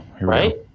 Right